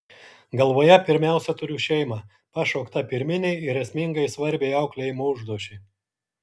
galvoje pirmiausia turiu šeimą pašauktą pirminei ir esmingai svarbiai auklėjimo užduočiai